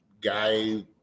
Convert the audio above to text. guy